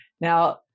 Now